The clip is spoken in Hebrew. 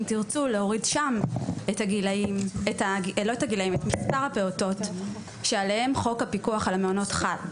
אם תרצו להוריד שם את מספר הפעוטות עליהם חוק הפיקוח על המעונות חל.